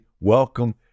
welcome